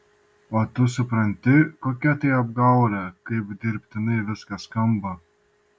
o tu supranti kokia tai apgaulė kaip dirbtinai viskas skamba